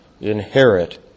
inherit